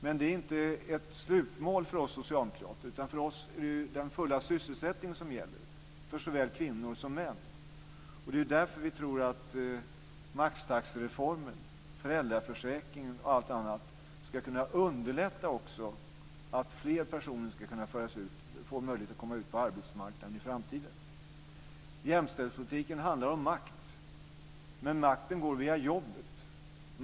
Men det är inte slutmålet för oss socialdemokrater. För oss är det full sysselsättning som gäller för såväl kvinnor som män. Därför tror vi att maxtaxereformen, föräldraförsäkringen och annat också ska kunna underlätta för fler personer att komma ut på arbetsmarknaden i framtiden. Jämställdhetspolitiken handlar om makt, men makten går via jobbet.